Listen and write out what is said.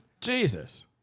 Jesus